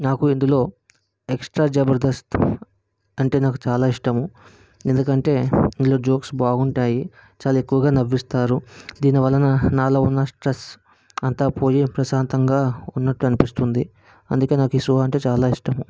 నాకు ఇందులో ఎక్స్ట్రా జబర్ధస్త్ అంటే నాకు చాలా ఇష్టము ఎందుకంటే ఇందులో జోక్స్ బాగుంటాయి చాలా ఎక్కువగా నవ్విస్తారు దీనివలన నాలో ఉన్న స్ట్రెస్ అంతా పోయి ప్రశాంతంగా ఉన్నట్టు అనిపిస్తుంది అందుకే నాకు ఈ షో అంటే చాలా ఇష్టము